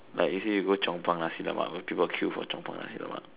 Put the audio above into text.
like you see you go Chong Pang Nasi-Lemak when people queue for Chong Pang Nasi-Lemak